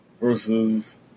Versus